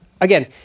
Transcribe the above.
again